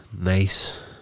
Nice